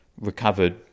recovered